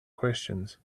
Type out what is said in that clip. questions